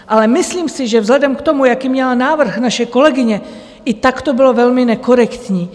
Ale myslím si, že vzhledem k tomu, jaký měla návrh naše kolegyně, i tak to bylo velmi nekorektní.